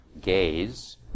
gaze